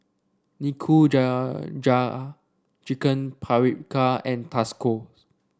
Nikujaga Chicken Paprika and Tasco